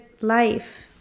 life